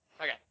Okay